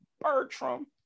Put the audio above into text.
Bertram